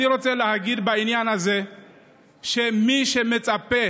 אני רוצה להגיד בעניין הזה שמי שמצפה